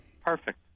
Perfect